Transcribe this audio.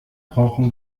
brauchen